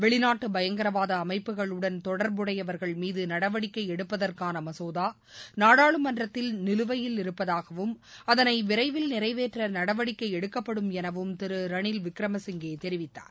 வெளிநாட்டு பயங்கரவாத அமைப்புகளுடன் தொடர்புடையவர்கள் மீது நடவடிக்கை எடுப்பதற்கான மசோதா நாடாளுமன்றத்தில் நிலுவையில் இருப்பதாகவும் அதனை விரைவில் நிறைவேற்ற நடவடிக்கை எடுக்கப்படும் எனவும் திரு ரனில் விக்ரமசிங்கே தெரிவித்தார்